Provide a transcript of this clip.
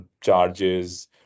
charges